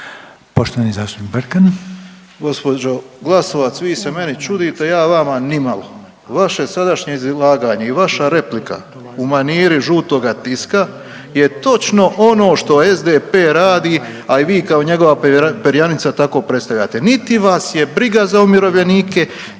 Poštovani zastupnik Brkan.